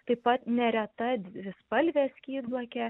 taip pat nereta dvispalvė skydblakė